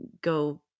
go